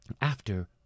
after